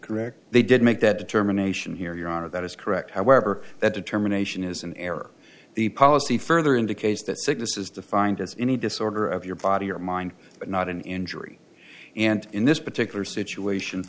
correct they did make that determination here your honor that is correct however that determination is in error the policy further indicates that sickness is defined as any disorder of your body or mind but not an injury and in this particular situation